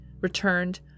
returned